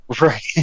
Right